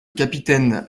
capitaine